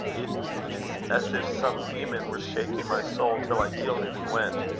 it is as if some demon were shaking my soul till i yielded and went.